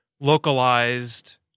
localized